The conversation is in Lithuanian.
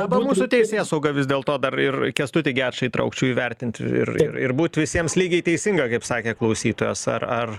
dabar mūsų teisėsaugą vis dėlto dar ir kęstutį gečą įtraukčiau įvertint ir ir būt visiems lygiai teisinga kaip sakė klausytojas ar ar